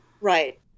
Right